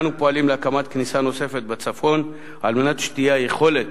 אנו פועלים להקמת כניסה נוספת בצפון על מנת שתהיה יכולת